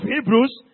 Hebrews